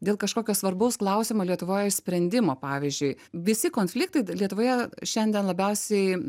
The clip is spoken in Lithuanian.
dėl kažkokio svarbaus klausimo lietuvoj išsprendimo pavyzdžiui visi konfliktai lietuvoje šiandien labiausiai